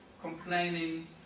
complaining